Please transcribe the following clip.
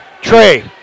Trey